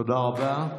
תודה רבה.